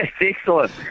excellent